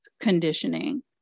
conditioning